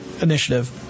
initiative